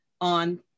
on